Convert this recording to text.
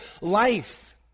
life